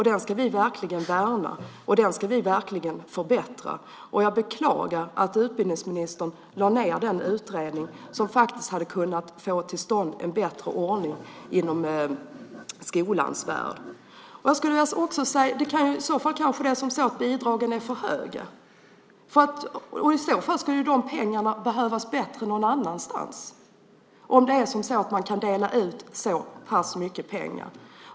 Den ska vi verkligen värna och förbättra. Jag beklagar att utbildningsministern lade ned den utredning som hade kunnat få till stånd en bättre ordning inom skolans värld. Det kanske är som så att bidragen är för höga? I så fall skulle de pengarna behövas bättre någon annanstans, om man kan dela ut så pass mycket pengar.